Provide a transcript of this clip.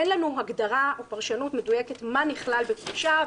אין לנו הגדרה או פרשנות מדויקת מה נכלל בפרישה,